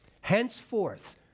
Henceforth